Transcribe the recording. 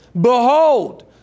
Behold